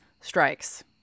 strikes